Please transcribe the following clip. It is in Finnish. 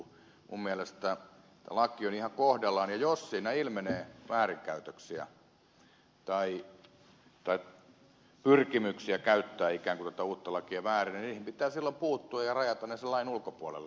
minun mielestäni laki on ihan kohdallaan ja jos siinä ilmenee väärinkäytöksiä tai pyrkimyksiä käyttää ikään kuin tätä uutta lakia väärin niin siihen pitää silloin puuttua ja rajata se sen lain ulkopuolelle